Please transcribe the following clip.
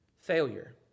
Failure